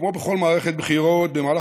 כמו בכל מערכת בחירות,